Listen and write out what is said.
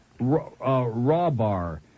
Rawbar